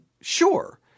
sure